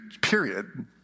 period